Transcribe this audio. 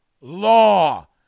law